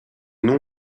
nom